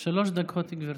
שלוש דקות, גברתי.